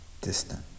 distant